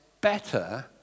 better